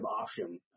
option